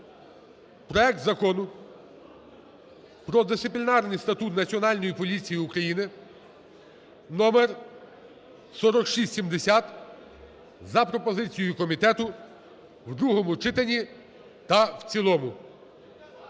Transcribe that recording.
проект Закону про Дисциплінарний статут Національної поліції України (№ 4670) за пропозицією комітету в другому читанні та в цілому.